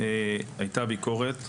הייתה ביקורת,